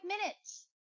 minutes